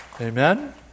Amen